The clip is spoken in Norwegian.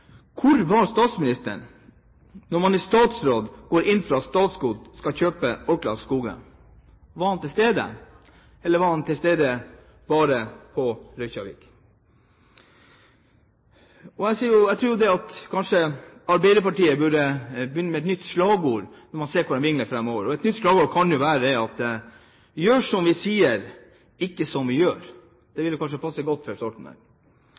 hvor var statsministeren da man i statsråd gikk inn for at Statskog skulle kjøpe Orklas skoger? Var han til stede, eller var han til stede bare i Reykjavik? Kanskje Arbeiderpartiet burde begynne med et nytt slagord, når man ser hvordan de vingler fremover, og et nytt slagord kan jo være: Gjør som vi sier, ikke som vi gjør. Det ville kanskje passe godt